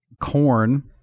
corn